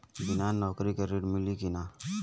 बिना नौकरी के ऋण मिली कि ना?